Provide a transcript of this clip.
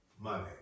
money